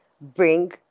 bring